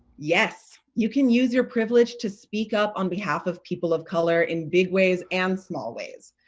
yes. you can use your privilege to speak up on behalf of people of color in big ways and small ways.